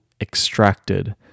extracted